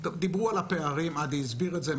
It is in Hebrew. דיברו על הפערים, ועדי הסביר את זה.